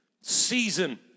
season